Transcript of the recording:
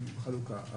של חלוקה.